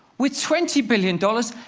with twenty billion dollars,